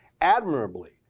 admirably